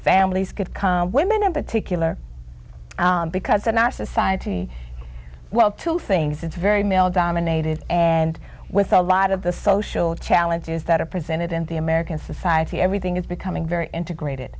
families could come women in particular because that nasa scientists well two things it's very male dominated and with a lot of the social challenges that are presented in the american society everything is becoming very integrated